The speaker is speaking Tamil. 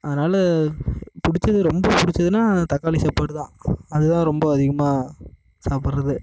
அதனால் பிடிச்சது ரொம்ப பிடிச்சதுன்னா தக்காளி சாப்பாடு தான் அது தான் ரொம்ப அதிகமாக சாப்பிட்றது